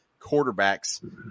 quarterbacks